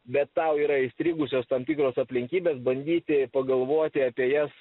bet tau yra įstrigusios tam tikros aplinkybės bandyti pagalvoti apie jas